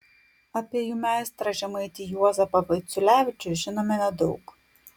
apie jų meistrą žemaitį juozapą vaiciulevičių žinome nedaug